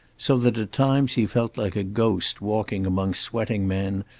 so that at times he felt like a ghost walking among sweating men,